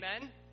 Amen